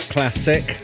Classic